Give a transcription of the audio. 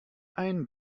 ein